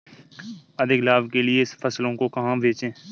अधिक लाभ के लिए फसलों को कहाँ बेचें?